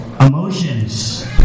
emotions